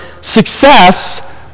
success